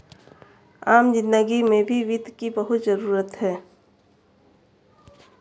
आम जिन्दगी में भी वित्त की बहुत जरूरत है